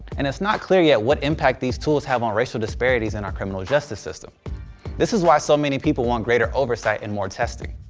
and it's not clear yet what impact these tools have on racial disparities in our criminal justice. this this is why so many people want greater oversight and more testing.